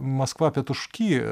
maskva pietušky